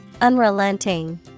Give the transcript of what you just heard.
unrelenting